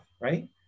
right